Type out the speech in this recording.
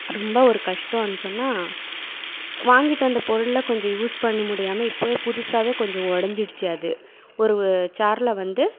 ரொம்ப ஒரு கஷ்டன்னு சொன்னால் வாங்கிட்டு வந்த பொருளில் கொஞ்சம் யூஸ் பண்ண முடியாமல் இப்போவே புதுசாகவே கொஞ்சம் உடஞ்சிடுச்சி அது ஒரு சேரில் வந்து